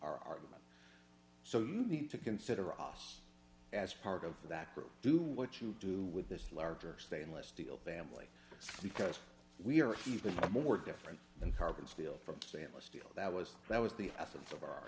our argument so you need to consider us as part of that group do what you do with this larger stainless steel family because we are even more different than carbon steel from stanley steel that was that was the essence of our